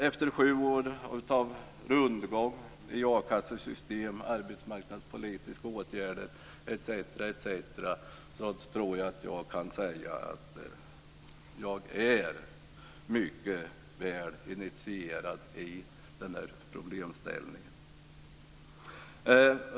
Efter sju år av rundgång i akassesystem, arbetsmarknadspolitiska åtgärder etc. tror jag att jag kan säga att jag är mycket väl initierad på det här problemområdet.